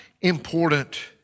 important